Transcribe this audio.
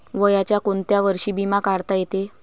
वयाच्या कोंत्या वर्षी बिमा काढता येते?